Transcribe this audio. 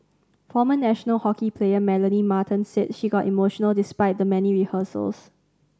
former national hockey player Melanie Martens said she got emotional despite the many rehearsals